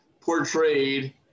portrayed